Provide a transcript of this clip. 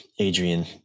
Adrian